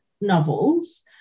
novels